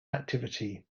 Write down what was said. activity